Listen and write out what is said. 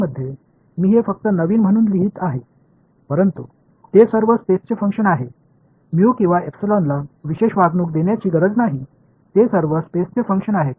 mu அல்லது எப்சிலனுக்கு சிறப்பு கவனம் அளிக்க வேண்டிய அவசியமில்லை அவை அனைத்தும் ஸ்பேஸின் செயல்பாடுகள்